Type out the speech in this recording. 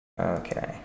Okay